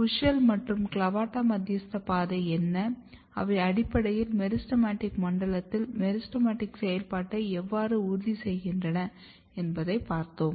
WUSCHEL மற்றும் CLAVATA மத்தியஸ்த பாதை என்ன அவை அடிப்படையில் மெரிஸ்டெமடிக் மண்டலத்தில் மெரிஸ்டெமடிக் செயல்பாட்டை எவ்வாறு உறுதி செய்கின்றன என்பதைப் பார்த்தோம்